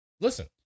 listen